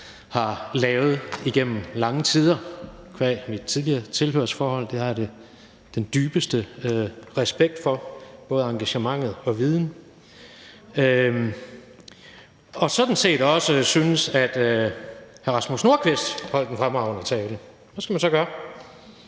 har lavet igennem lange tider, qua mit tidligere tilhørsforhold; det har jeg den dybeste respekt for, både hvad angår engagement og viden – og sådan set også synes, at hr. Rasmus Nordqvist holdt en fremragende tale? Hvad skal man så gøre?